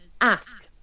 ask